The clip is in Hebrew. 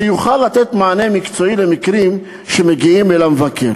שיוכל לתת מענה מקצועי למקרים שמגיעים אל המבקר.